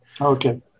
Okay